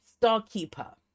Starkeeper